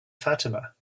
fatima